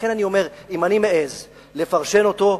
לכן אני אומר: אם אני מעז לפרשן אותו,